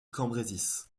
cambrésis